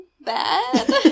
bad